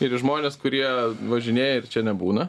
ir į žmonės kurie važinėja ir čia nebūna